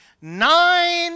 Nine